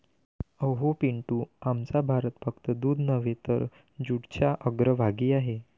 अहो पिंटू, आमचा भारत फक्त दूध नव्हे तर जूटच्या अग्रभागी आहे